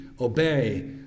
obey